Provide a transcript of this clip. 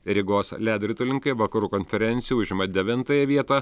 rygos ledo ritulininkai vakarų konferencijoje užima devintąją vietą